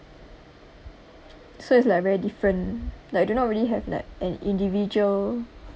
so it's like very different like I do not really have like an individual